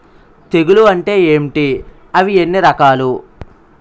తెగులు అంటే ఏంటి అవి ఎన్ని రకాలు?